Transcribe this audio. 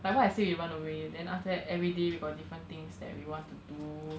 like what I said we run away and then after that everyday we got different things that we want to do